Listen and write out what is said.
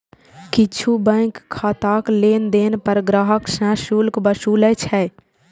किछु बैंक खाताक लेनदेन पर ग्राहक सं शुल्क वसूलै छै